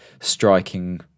striking